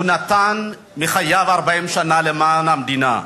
הוא נתן מהחיים 40 שנה למען המדינה.